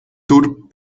tour